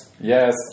Yes